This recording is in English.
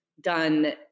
done